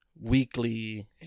weekly